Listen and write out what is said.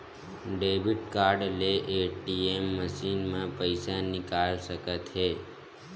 debit card ले ATM machine म पइसा निकाल सकत हे